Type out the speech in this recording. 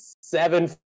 seven